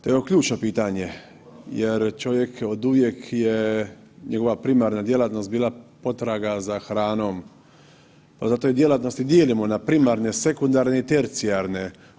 To je ključno pitanje jer čovjek oduvijek je njegova primarna djelatnost bila potraga za hranom, pa zato i djelatnosti dijelimo na primarne, sekundarne i tercijarne.